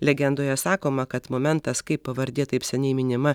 legendoje sakoma kad momentas kai pavardė taip seniai minima